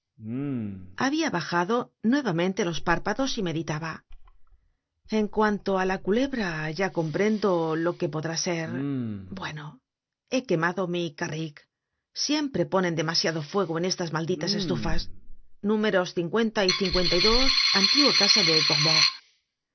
habia bajado nuevamente los párpados y meditaba en cuanto á la culebra ya comprendo lo que podrá ser bueno he quemado mi carrik siempre ponen demasiado fuego en estas malditas estufas números y antigua casa de